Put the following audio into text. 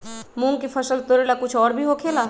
मूंग के फसल तोरेला कुछ और भी होखेला?